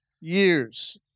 years